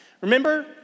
Remember